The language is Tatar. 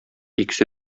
икесе